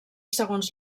segons